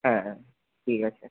হ্যাঁ হ্যাঁ ঠিক আছে